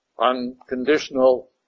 unconditional